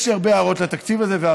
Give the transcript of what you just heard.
יש הרבה הערות על התקציב הזה,